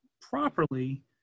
properly